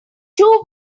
two